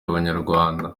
abanyarwanda